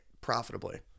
profitably